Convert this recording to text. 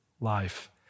life